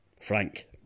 Frank